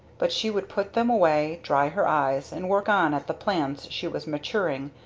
but she would put them away, dry her eyes, and work on at the plans she was maturing,